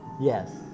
Yes